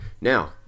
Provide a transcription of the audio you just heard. Now